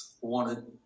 wanted